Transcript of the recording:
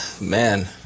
Man